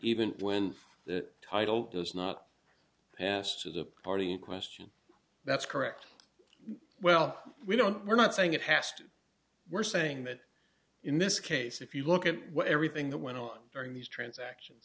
even when that title is not passed to the party in question that's correct well we don't we're not saying that hast we're saying that in this case if you look at everything that went on during these transactions